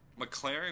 McLaren